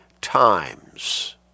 times